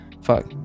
fuck